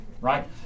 right